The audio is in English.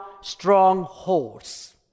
strongholds